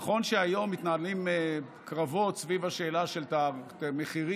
נכון שהיום מתנהלים קרבות סביב השאלה של מחירים,